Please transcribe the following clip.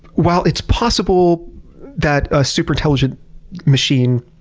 while it's possible that a super intelligent machine